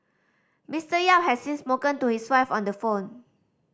Mister Yap has since spoken to his wife on the phone